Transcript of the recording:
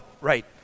Right